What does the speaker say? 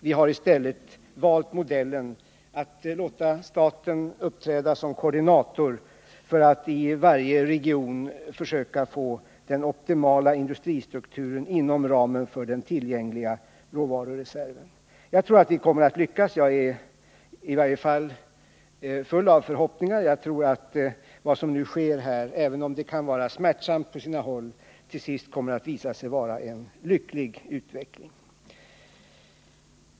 Vi har i stället valt att låta staten uppträda som koordinator för att i varje region försöka få till stånd den optimala industristrukturen inom ramen för den tillgängliga råvarureserven. Jag tror att vi kommer att lyckas. Jag är i varje fall full av förhoppningar. Jag tror att vad som nu sker — även om det kan vara smärtsamt på sina håll — till sist kommer att visa sig vara en lycklig utveckling.